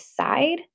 side